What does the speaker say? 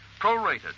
prorated